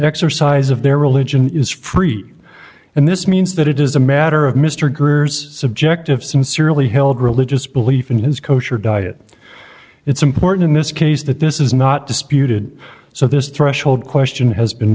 exercise of their religion is free and this means that it is a matter of mr greer's subjective sincerely held religious belief in his kosher diet it's important in this case that this is not disputed so this threshold question has been